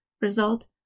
Result